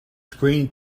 screen